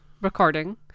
recording